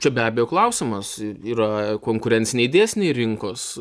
čia be abejo klausimas yra konkurenciniai dėsniai rinkos